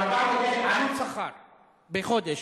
400,000 עלות שכר לחודש.